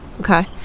okay